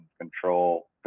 control